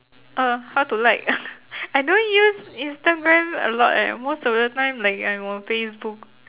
uh how to like I don't use instagram a lot eh most of the time like I'm on facebook